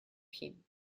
him